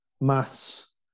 maths